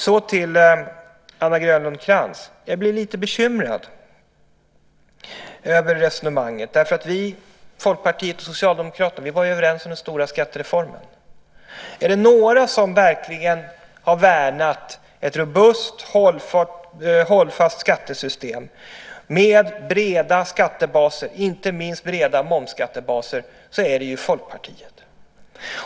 Så till Anna Grönlund Krantz: Jag blev lite bekymrad över resonemanget, därför att Folkpartiet och Socialdemokraterna var överens om den stora skattereformen. Är det några som verkligen har värnat ett robust hållfast skattesystem med breda skattebaser, inte minst breda momsskattebaser, så är det Folkpartiet.